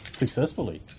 Successfully